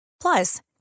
Plus